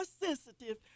sensitive